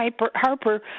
Harper